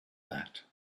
that